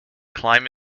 climb